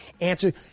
Answer